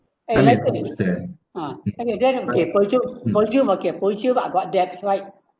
ah okay then okay presume presume okay presume I got debts right